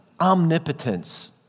omnipotence